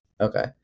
Okay